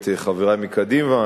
את חברי מקדימה,